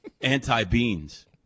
Anti-beans